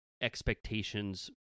expectations